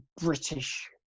british